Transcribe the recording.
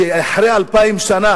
שאחרי אלפיים שנה